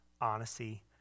honesty